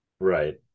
Right